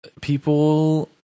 people